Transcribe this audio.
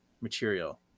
material